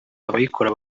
abayikora